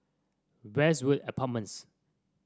Westwood Apartments